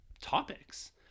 topics